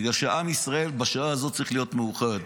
בגלל שעם ישראל בשעה הזאת צריך להיות מאוחד.